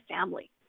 family